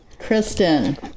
Kristen